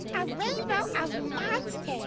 a rainbow of monsters.